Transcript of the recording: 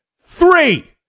three